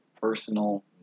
personal